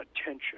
attention